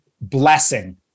blessing